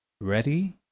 Ready